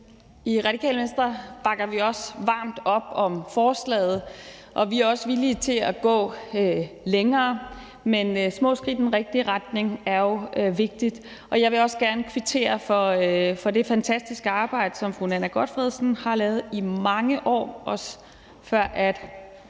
I Radikale Venstre bakker vi også varmt op om forslaget. Vi er også villige til at gå længere, men små skridt i den rigtige retning er jo vigtigt. Jeg vil også gerne kvittere for det fantastiske arbejde, som fru Nanna W. Gotfredsen har lavet i mange år, også før fru